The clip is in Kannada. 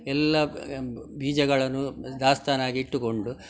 ಎಲ್ಲ ಬೀಜಗಳನ್ನು ದಾಸ್ತಾನಾಗಿ ಇಟ್ಟುಕೊಂಡು